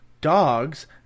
dogs